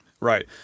Right